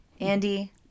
Andy